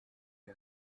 iyo